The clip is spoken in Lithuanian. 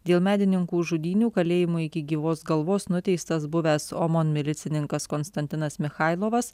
dėl medininkų žudynių kalėjimui iki gyvos galvos nuteistas buvęs omon milicininkas konstantinas michailovas